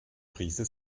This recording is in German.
prise